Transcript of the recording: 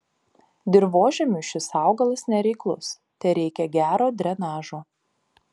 dirvožemiui šis augalas nereiklus tereikia gero drenažo